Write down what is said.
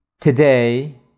Today